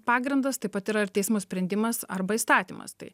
pagrindas taip pat yra ir teismo sprendimas arba įstatymas tai